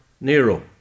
Nero